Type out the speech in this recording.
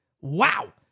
wow